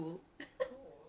ya